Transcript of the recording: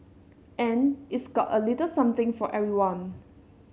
and it's got a little something for everyone